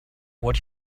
what